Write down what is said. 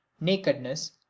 nakedness